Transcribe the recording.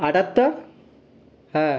আটাত্তর হ্যাঁ